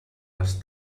les